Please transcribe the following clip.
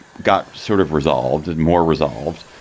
got sort of resolved and more resolved.